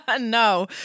No